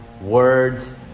Words